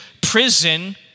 prison